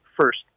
first